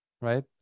right